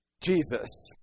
Jesus